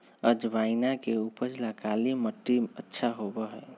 अजवाइन के उपज ला काला मट्टी अच्छा होबा हई